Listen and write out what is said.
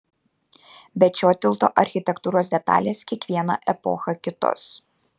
bet šio tilto architektūros detalės kiekvieną epochą kitos